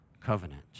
covenant